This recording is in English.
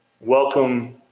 welcome